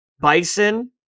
bison